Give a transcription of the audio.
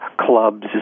clubs